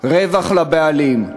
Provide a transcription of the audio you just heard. רווח לבעלים.